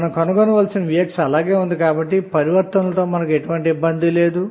మనం కనుగొనవలసిన vx అలాగే ఉంది కాబట్టి ట్రాన్సఫార్మషన్స్తో మనకు ఎటువంటి ఇబ్బంది లేదు